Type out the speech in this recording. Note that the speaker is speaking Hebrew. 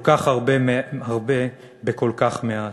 כל כך הרבה בכל כך מעט.